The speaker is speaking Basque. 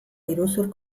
iruzur